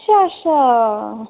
अच्छा अच्छा '